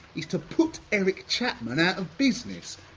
is to put eric chapman out of business.